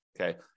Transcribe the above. Okay